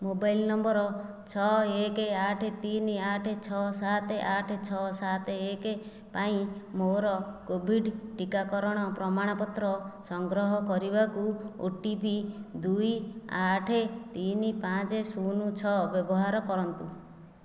mobile number ଛଅ ଏକ ଆଠ ତିନି ଆଠ ଛଅ ସାତ ଆଠ ଛଅ ସାତ ଏକ ପାଇଁ ମୋର କୋଭିଡ଼୍ ଟିକାକରଣ ପ୍ରମାଣପତ୍ର ସଂଗ୍ରହ କରିବାକୁ ଓ ଟି ପି ଦୁଇ ଆଠ ତିନି ପାଞ୍ଚ ଶୂନ ଛଅ ବ୍ୟବହାର କରନ୍ତୁ